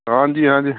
ਹਾਂ ਜੀ ਹਾਂ ਜੀ